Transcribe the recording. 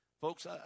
Folks